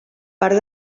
part